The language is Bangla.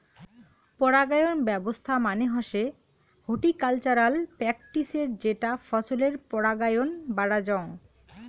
পরাগায়ন ব্যবছস্থা মানে হসে হর্টিকালচারাল প্র্যাকটিসের যেটা ফছলের পরাগায়ন বাড়াযঙ